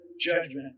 judgment